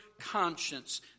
conscience